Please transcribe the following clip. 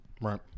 Right